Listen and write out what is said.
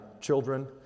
children